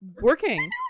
working